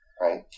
Right